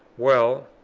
well,